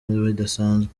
bidasanzwe